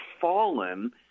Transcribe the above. fallen